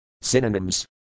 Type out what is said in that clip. Synonyms